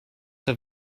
have